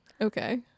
okay